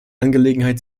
angelegenheit